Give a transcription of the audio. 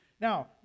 Now